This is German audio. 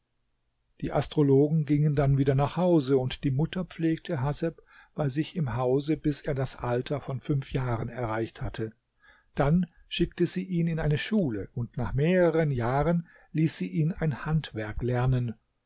die astrologen gingen dann wieder nach hause und die mutter pflegte haseb bei sich im hause bis er das alter von fünf jahren erreicht hatte dann schickte sie ihn in eine schule und nach mehreren jahren ließ sie ihn ein handwerk lernen